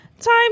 time